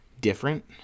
different